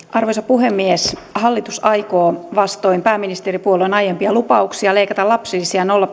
arvoisa puhemies hallitus aikoo vastoin pääministeripuolueen aiempia lupauksia leikata lapsilisiä nolla